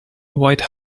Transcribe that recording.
white